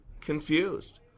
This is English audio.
confused